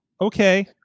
Okay